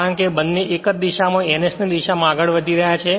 કારણ કે બંને એક જ દિશામાં ns ની દિશા માં આગળ વધી રહ્યા છે